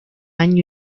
año